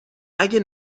اگر